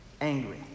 Angry